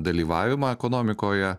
dalyvavimą ekonomikoje